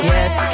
Yes